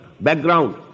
background